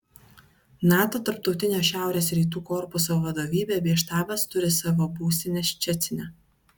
nato tarptautinio šiaurės rytų korpuso vadovybė bei štabas turi savo būstinę ščecine